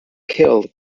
killed